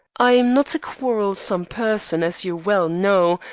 i'm not a quarrelsome person, as you well know,